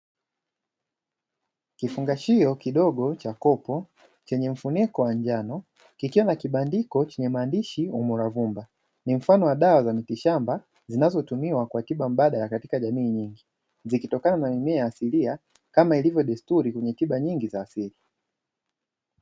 Kifungashio kidogo cha kopo chenye mfuniko wa njano, kikiwa na kibandiko chenye maandishi "UMURAVUMBA". Ni mfano wa dawa za miti shamba zinazotumiwa kwa tiba mbadala katika jamii nyingi zikitokana na mimea asilia kama ilivyo desturi kwenye tiba nyingi za asili.